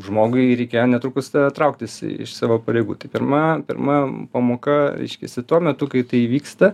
žmogui reikėjo netrukus trauktis iš savo pareigų tai pirma pirma pamoka reiškiasi tuo metu kai tai įvyksta